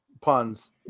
puns